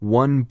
one